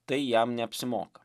tai jam neapsimoka